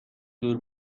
دور